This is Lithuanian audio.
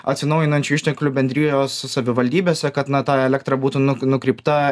atsinaujinančių išteklių bendrijos savivaldybėse kad na ta elektra būtų nu nukreipta